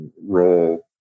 role